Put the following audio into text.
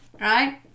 right